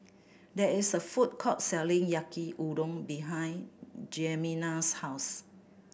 there is a food court selling Yaki Udon behind Jemima's house